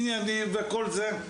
עניינים וכל זה.